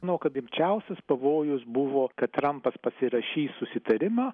na o kad rimčiausias pavojus buvo kad trampas pasirašys susitarimą